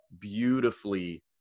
beautifully